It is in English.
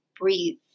breathe